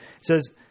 says